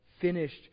finished